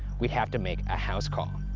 we have to make a house call.